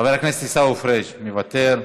חבר הכנסת עיסאווי פריג' מוותר.